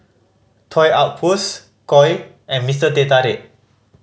Toy Outpost Koi and Mr Teh Tarik